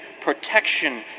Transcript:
protection